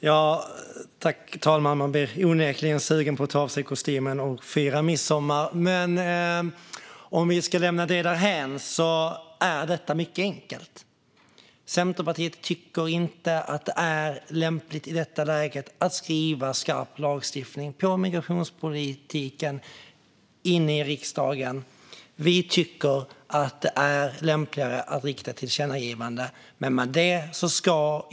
Fru talman! Man blir onekligen sugen på att ta av sig kostymen och fira midsommar! Låt mig lämna det därhän; det här är mycket enkelt. Centerpartiet tycker inte att det är lämpligt att i detta läge låta riksdagen föreslå skarp lagstiftning om migrationspolitiken. Vi tycker att det är lämpligare att rikta ett tillkännagivande.